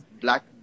black